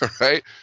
right